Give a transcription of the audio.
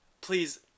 please